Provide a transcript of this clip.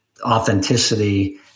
authenticity